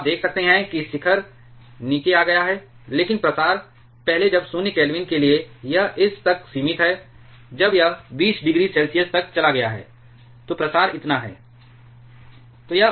तो आप देख सकते हैं कि शिखर नीचे आ गया है लेकिन प्रसार पहले जब 0 केल्विन के लिए यह इस तक सीमित है जब यह 20 डिग्री सेल्सियस तक चला गया है तो प्रसार इतना है